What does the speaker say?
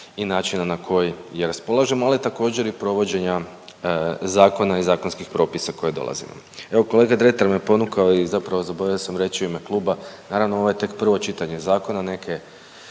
i načina na koji je raspolažemo, ali također i provođenja zakona i zakonskih propisa koji dolaze. Evo kolega Dretar me ponukao i zapravo zaboravio sam reći i u ime kluba naravno ovo je tek prvo čitanje zakona,